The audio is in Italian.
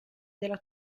della